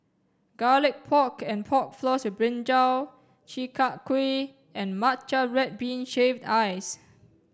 garlic pork and pork floss with brinjal chi kak kuih and matcha red bean shaved ice